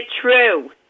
true